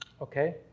okay